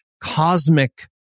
cosmic